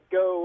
go